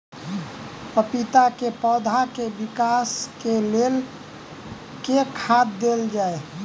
पपीता केँ पौधा केँ विकास केँ लेल केँ खाद देल जाए?